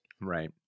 Right